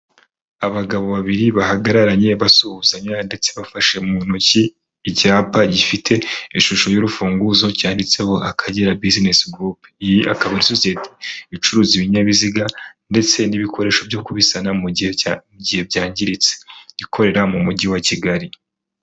Abagabo babiri bahagararanye basuhuzanya ndetse bafashe mu ntoki icyapa gifite ishusho y'urufunguzo cyanditseho Akagera bisinesi gurupe, iyi akaba sosiyete icuruza ibinyabiziga ndetse n'ibikoresho byo kubisana mu gihe byangiritse ikorera mu mugi wa Kigali.